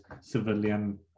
civilian